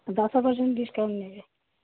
ଦଶ percent discount ନେବେ